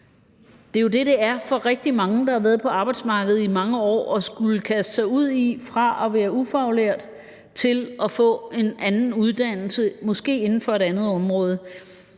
det er jo det, det er for rigtig mange, der har været på arbejdsmarkedet i mange år. Man kaster sig ud i fra at være ufaglært til at få en anden uddannelse, måske inden for et andet område.